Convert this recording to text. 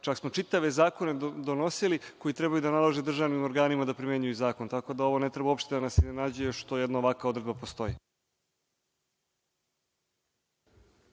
Čak smo čitave zakone donosili koji treba da nalože državnim organima da primenjuju zakon, tako da ovo ne treba uopšte da nas iznenađuje što jedna ovakva odredba postoji.